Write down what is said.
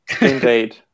Indeed